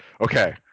okay